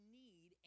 need